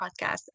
podcast